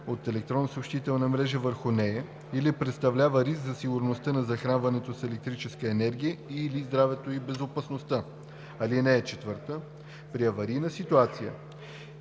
от електронната съобщителна мрежа върху нея, или представлява риск за сигурността на захранването с електрическа енергия и/или здравето и безопасността. (4) При аварийна ситуация,